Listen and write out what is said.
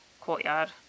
courtyard